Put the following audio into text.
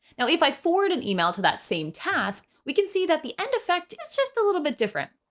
now, if i forward an email to that same task, we can see that the end effect is just a little bit different.